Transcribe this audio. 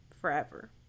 forever